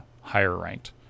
higher-ranked